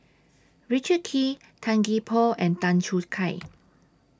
Richard Kee Tan Gee Paw and Tan Choo Kai